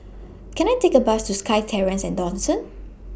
Can I Take A Bus to SkyTerrace At Dawson